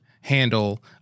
handle